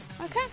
okay